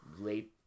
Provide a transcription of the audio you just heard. late